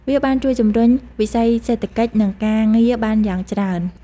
វាបានជួយជំរុញវិស័យសេដ្ឋកិច្ចនិងការងារបានយ៉ាងច្រើន។